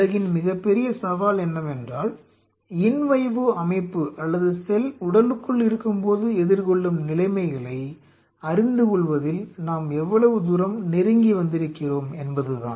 உலகின் மிகப்பெரிய சவால் என்னவென்றால் இன் வைவோ அமைப்பு அல்லது செல் உடலுக்குள் இருக்கும்போது எதிர்கொள்ளும் நிலைமைகளை அறிந்துகொள்வதில் நாம் எவ்வளவு தூரம் நெருங்கி வந்திருக்கிறோம் என்பதுதான்